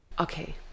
okay